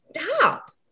stop